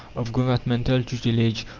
of governmental tutelage,